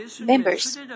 Members